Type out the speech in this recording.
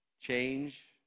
change